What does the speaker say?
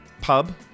pub